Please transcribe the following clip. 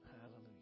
Hallelujah